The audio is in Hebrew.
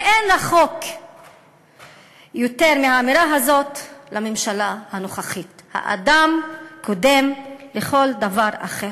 ואין לחוק יותר מהאמירה הזאת לממשלה הנוכחית: האדם קודם לכל דבר אחר.